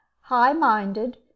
high-minded